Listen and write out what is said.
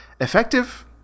effective